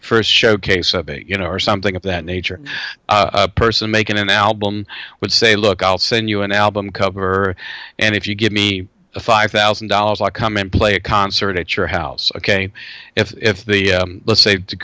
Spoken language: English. the st showcase of it you know or something of that nature person making an album would say look i'll send you an album cover and if you give me five one thousand dollars i come and play a concert at your house ok if the let's say